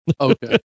okay